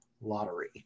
lottery